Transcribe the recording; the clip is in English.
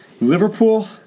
Liverpool